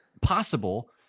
possible